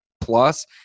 plus